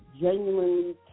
genuinely